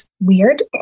weird